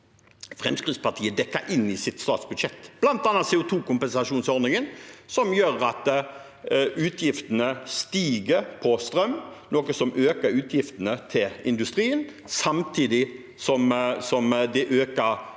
Fremskrittspartiet har dekket inn i sitt statsbudsjett, bl.a. til CO2-kompensasjonsordningen. Den gjør at utgiftene stiger på strøm, noe som øker utgiftene til industrien samtidig som det øker